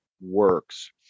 works